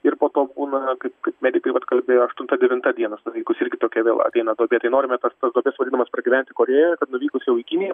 ir po to būna kaip kaip medikai vat kalbėjo aštunta devinta dienos nuvykus irgi tokia vėl ateina duobė tai norime tas tas duobes vadinamas pragyventi korėjoje nuvykus jau į kiniją